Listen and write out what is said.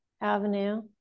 avenue